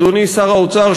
אדוני שר האוצר,